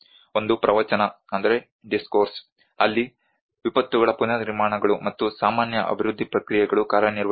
ಒಂದು ಪ್ರವಚನ ಅಲ್ಲಿ ವಿಪತ್ತುಗಳ ಪುನರ್ನಿರ್ಮಾಣಗಳು ಮತ್ತು ಸಾಮಾನ್ಯ ಅಭಿವೃದ್ಧಿ ಪ್ರಕ್ರಿಯೆಗಳು ಕಾರ್ಯನಿರ್ವಹಿಸುತ್ತವೆ